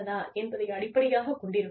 என்பதை அடிப்படையாகக் கொண்டிருக்கும்